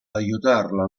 aiutarla